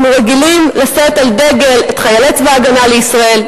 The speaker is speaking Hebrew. אנחנו רגילים לשאת על דגל את חיילי צבא-הגנה לישראל,